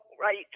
right